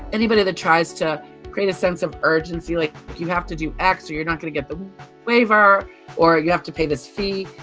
anybody that tries to create a sense of urgency, like you have to do x or you're not going to get the waiver or you have to pay this fee,